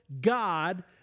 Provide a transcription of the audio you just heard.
God